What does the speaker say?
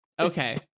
okay